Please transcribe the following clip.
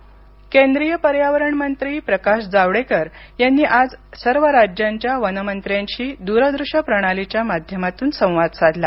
जावडेकर केंद्रीय पर्यावरण मंत्री प्रकाश जावडेकर यांनी आज सर्व राज्यांच्या वनमंत्र्यांशी दूरदृश्य प्रणालीच्या माध्यमातून संवाद साधला